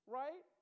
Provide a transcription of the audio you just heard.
right